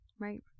Right